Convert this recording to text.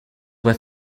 were